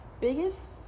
Biggest